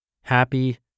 Happy